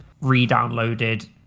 re-downloaded